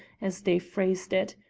as they phrased it.